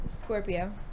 Scorpio